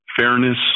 fairness